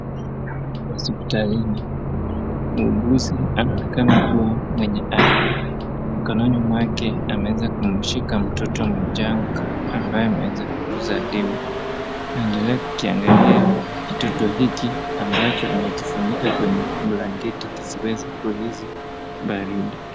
Hospitalini, muuguzi anaonekana mikononi mwake anaweza kumshika mtoto mchanga ambaye ameweza kuzaliwa ,anaendelea kukiangalia kitoto hiki ambacho amekifunika kwenye blanketi kisiweze kuhisi baridi.